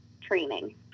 training